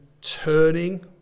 turning